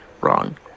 Wrong